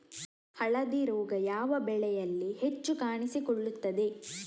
ಹಳದಿ ರೋಗ ಯಾವ ಬೆಳೆಯಲ್ಲಿ ಹೆಚ್ಚು ಕಾಣಿಸಿಕೊಳ್ಳುತ್ತದೆ?